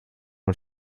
man